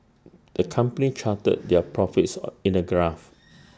the company charted their profits or in A graph